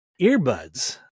earbuds